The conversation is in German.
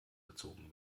gezogen